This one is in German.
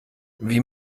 wie